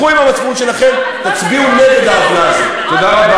לכו עם המצפון שלכם, תצביעו נגד העוולה הזאת.